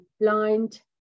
blind